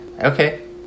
Okay